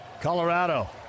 Colorado